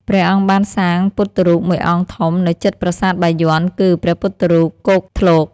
ព្រះអង្គបានសាងពុទ្ធរូបមួយអង្គធំ នៅជិតប្រាសាទបាយ័ន គឺ ព្រះពុទ្ធរូប គោកធ្លក ។